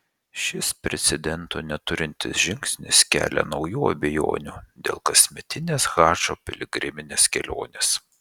šis precedento neturintis žingsnis kelia naujų abejonių dėl kasmetinės hadžo piligriminės kelionės